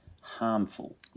Harmful